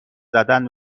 زدن